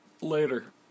later